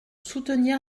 soutenir